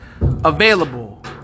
Available